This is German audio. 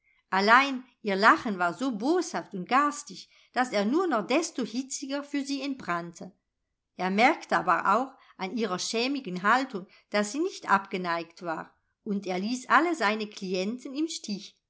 allein ihr lachen war so boshaft und garstig daß er nur noch desto hitziger für sie entbrannte er merkte aber auch an ihrer schämigen haltung daß sie nicht abgeneigt war und er ließ alle seine klienten im stich